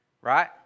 right